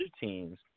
teams